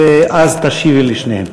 ואז תשיבי לשניהם.